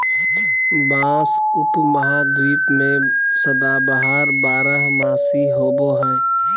बाँस उपमहाद्वीप में सदाबहार बारहमासी होबो हइ